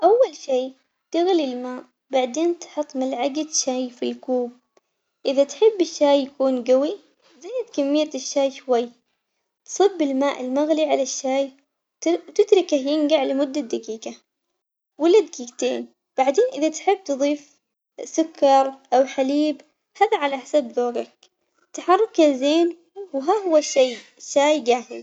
أول شي تغلي الماء بعدين تحط ملعقة شاي في الكوب، إذا تحب الشاي يكون قوي زيد كمية الشاي شوي صب الماء المغلي على الشاي تت- تتركه ينقع لمدة دقيقة ولا دقيقتين بعدين إذا تحب تضيف سكر أو حليب هذا على حسب ذوقك، تحركه زين وها هو الشاي شاي جاهز.